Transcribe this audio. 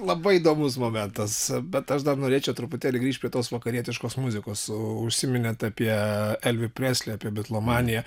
labai įdomus momentas bet aš dar norėčiau truputėlį grįšt prie tos vakarietiškos muzikos o užsiminėte apie elvį preslį apie bitlomaniją